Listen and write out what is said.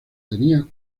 tenía